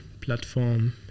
platform